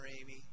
Amy